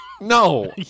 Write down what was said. No